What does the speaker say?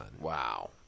Wow